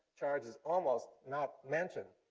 charge is almost not mentioned,